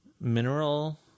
mineral